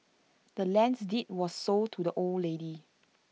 the land's deed was sold to the old lady